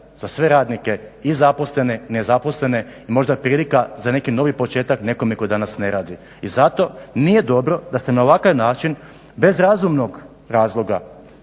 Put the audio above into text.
za sve radnike i zaposlene i nezaposlene i možda prilika za neki novi početak nekome koji danas ne radi i zato nije dobro da ste na ovakav način bez razumnog razloga